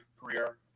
career